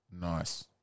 Nice